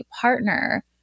partner